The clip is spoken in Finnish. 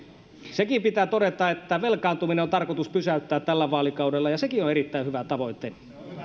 sekin pitää todeta että velkaantuminen on tarkoitus pysäyttää tällä vaalikaudella ja sekin on erittäin hyvä tavoite